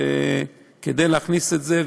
שכדי להכניס את זה,